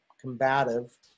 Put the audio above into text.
combative